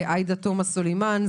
עאידה תומא סלימאן,